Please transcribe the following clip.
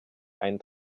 ein